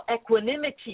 equanimity